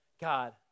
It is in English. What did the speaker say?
God